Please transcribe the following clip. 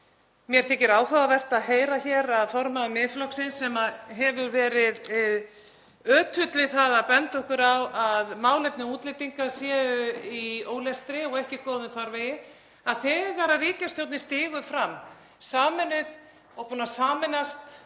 Mér þykir áhugavert að heyra að formaður Miðflokksins, sem hefur verið ötull við að benda okkur á að málefni útlendinga séu í ólestri og ekki í góðum farvegi, skuli, þegar ríkisstjórnin stígur fram sameinuð og búin að sameinast